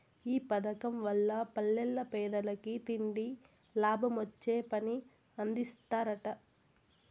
ఈ పదకం వల్ల పల్లెల్ల పేదలకి తిండి, లాభమొచ్చే పని అందిస్తరట